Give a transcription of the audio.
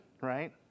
right